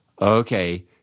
okay